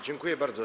Dziękuję bardzo.